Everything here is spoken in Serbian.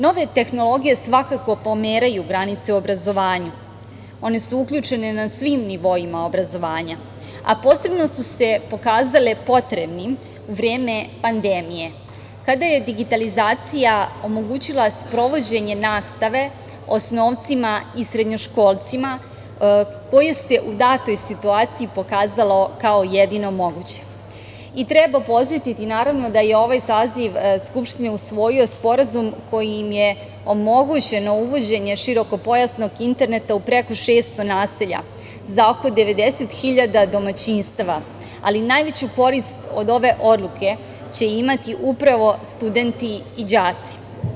Nove tehnologije svakako pomeraju granice u obrazovanju i one su uključene na svim nivoima obrazovanja, a posebno su se pokazale potrebnim u vreme pandemije, kada je digitalizacija omogućila sprovođenje nastave osnovcima i srednjoškolcima, od kojih se u datoj situaciji pokazalo kao jedino moguće i treba podsetiti da je naravno ovaj saziv Skupštine usvojio sporazum kojim je omogućeno uvođenje široko pojasnog interneta u preko 600 naselja za oko 90 000 hiljada domaćinstava, ali najveću korist od ove odluke će imati upravo studenti i đaci.